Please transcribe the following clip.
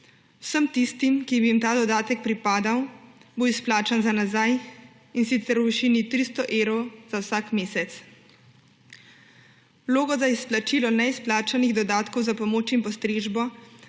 Vsem tistim, ki bi jim ta dodatek pripadal, bo izplačan za nazaj, in sicer v višini 300 evrov za vsak mesec. Vlogo za izplačilo neizplačanih dodatkov za pomoč in postrežbo